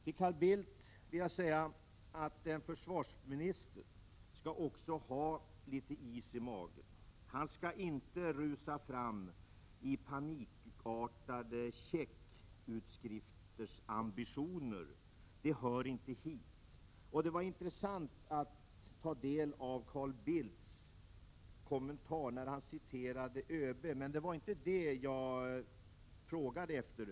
Till Carl Bildt vill jag säga: En försvarsminister skall också ha litet is i magen. Han skall inte rusa fram i panikartad checkutskriftsambition. Det var intressant att ta del av Carl Bildts kommentar när han citerade ÖB, men det var inte detta som jag frågade efter.